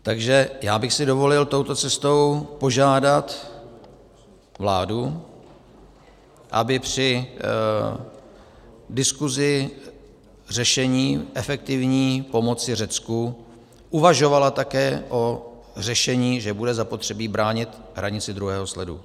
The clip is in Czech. Takže bych si dovolil touto cestou požádat vládu, aby při diskusi řešení efektivní pomoci Řecku uvažovala také o řešení, že bude zapotřebí bránit hranice druhého sledu.